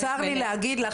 צר לי להגיד לך,